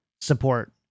support